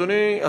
אדוני,